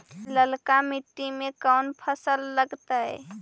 ललका मट्टी में कोन फ़सल लगतै?